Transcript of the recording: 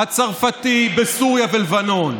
הצרפתי בסוריה ובלבנון?